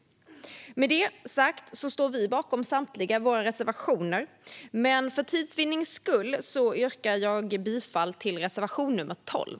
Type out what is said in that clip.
Vi står bakom samtliga våra reservationer, men för tids vinnande yrkar jag bifall endast till reservation nr 12.